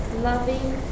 loving